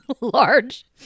large